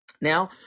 Now